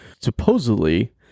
Supposedly